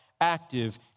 active